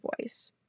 voice